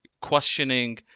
questioning